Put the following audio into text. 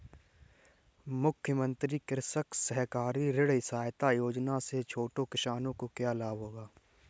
मुख्यमंत्री कृषक सहकारी ऋण सहायता योजना से छोटे किसानों को क्या लाभ होगा?